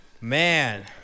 Man